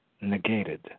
negated